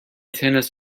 tennis